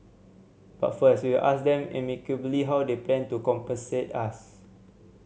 but first we will ask them amicably how they plan to compensate us